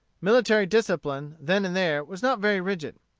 military discipline, then and there, was not very rigid.